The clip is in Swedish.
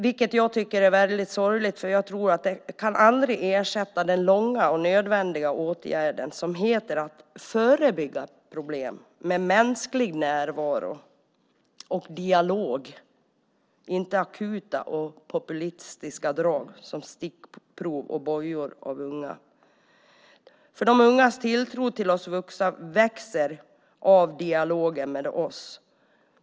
Jag tycker att det är väldigt sorgligt eftersom jag tror att det aldrig kan ersätta den långa och nödvändiga åtgärden, nämligen att förebygga problem hos unga med mänsklig närvaro och dialog, inte med akuta och populistiska drag som stickprov och bojor. De ungas tilltro till oss vuxna växer genom dialog med oss.